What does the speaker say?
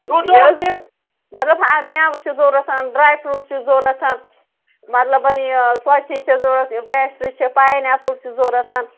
یہِ حظ یہِ مطلب مٮ۪وٕ چھُ ضروٗرت ڈرٛاے فرٛوٗٹ چھِ ضروٗرت مطلب یہِ ژۄچہِ چھِ ضروٗرت یہِ پیسٹرٛی چھِ پایِن ایپُل چھُ ضروٗرت